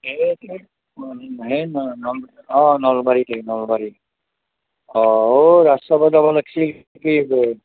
অঁ নলবাৰীতে নলবাৰীত অঁ অ' ৰাস চাব যাব লাগিছিল কি হ'ব